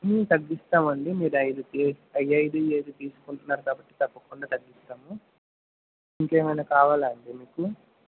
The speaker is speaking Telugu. తగ్గిస్తామండీ మీరు ఐదు అవి ఐదు ఇవి ఐదు తీసుకుంటున్నారు కాబట్టి తప్పకుండా తగ్గిస్తాము ఇంకేమైనా కావాలాండీ మీకు